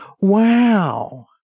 Wow